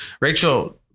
rachel